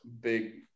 big